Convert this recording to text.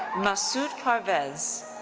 masud parvez.